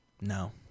No